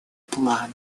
плана